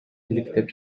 иликтеп